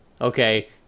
okay